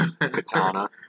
Katana